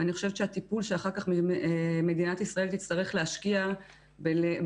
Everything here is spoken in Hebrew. ואני חושבת שהטיפול שאחר כך מדינת ישראל תצטרך להשקיע בלעשות